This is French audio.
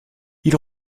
ils